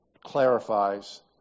clarifies